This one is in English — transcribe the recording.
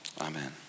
Amen